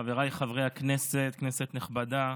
חבריי חברי הכנסת, כנסת נכבדה,